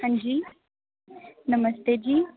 हांजी नमस्ते जी